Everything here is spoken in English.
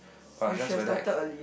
but just whether I can